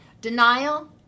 denial